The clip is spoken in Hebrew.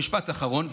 משפט אחרון.